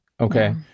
okay